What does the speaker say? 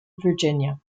virginia